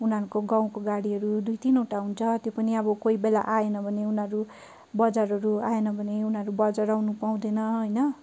उनीहरूको गाउँको गाडीहरू दुई तिनवटा हुन्छ त्यो पनि अब कोहीबेला आएन भने उनीहरू बजारहरू आएन भने उनीहरू बजार आउनु पाउँदैन होइन